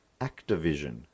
Activision